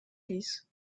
dies